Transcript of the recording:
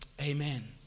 Amen